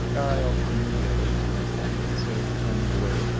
i, offering the other to miss etty in so determined a way,